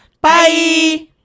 Bye